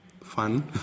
fun